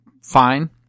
fine